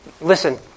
Listen